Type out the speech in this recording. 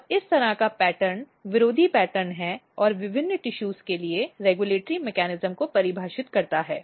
और इस तरह का पैटर्न विरोधी पैटर्न है और विभिन्न टिशूज के लिए रेगुलेटरी मेकैनिज्म को परिभाषित करता है